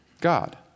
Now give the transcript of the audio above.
God